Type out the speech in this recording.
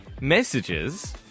messages